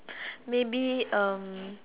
maybe um